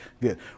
good